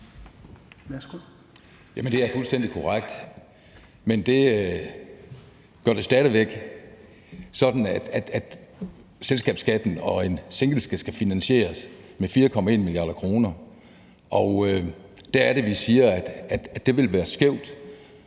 Det er fuldstændig korrekt, men det betyder stadig væk, at selskabsskatten og en sænkning skal finansieres med 4,1 mia. kr. Og der er det, vi siger, at det vil være skævt,